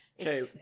okay